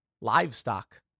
livestock